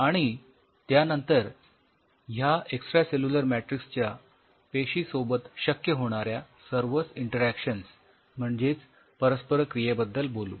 आणि त्यानंतर ह्या एक्सट्रासेल्युलर मॅट्रिक्सच्या पेशीसोबत शक्य होणाऱ्या सर्वच इंटरॅक्शन्स म्हणजेच परस्पर क्रियेबद्दल बोलू